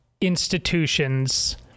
institutions